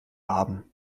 haben